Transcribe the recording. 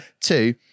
two